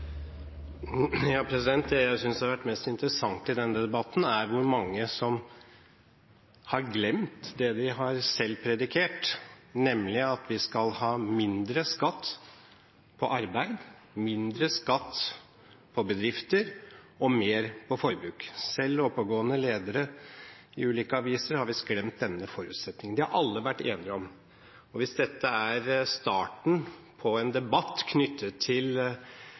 Det jeg synes har vært mest interessant i denne debatten, er hvor mange som har glemt det de selv har predikert, nemlig at vi skal ha mindre skatt på arbeid, mindre skatt på bedrifter og mer på forbruk. Selv oppegående ledere i ulike aviser har visst glemt denne forutsetningen. Dette har alle vært enige om. Hvis dette er starten på en debatt knyttet til